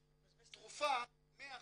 תרופה, 100%,